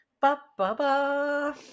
Ba-ba-ba